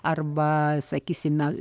arba sakysime